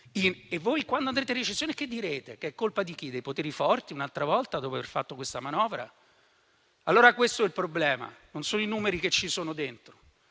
voi, quando andremo in recessione, direte che è colpa di chi? Dei poteri forti, un'altra volta, dopo aver fatto questa manovra? Questo è il problema. Non sono i numeri che sono dentro